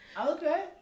okay